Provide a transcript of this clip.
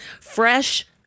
fresh